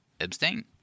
abstain